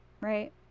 Right